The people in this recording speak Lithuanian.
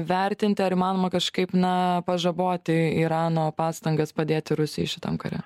vertinti ar įmanoma kažkaip na pažaboti irano pastangas padėti rusijai šitam kare